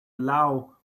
allow